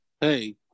hey